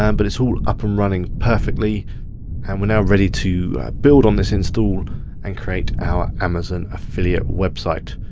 um but it's all up and running perfectly and we're now ready to build on this instal and create our amazon affiliate website.